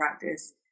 practice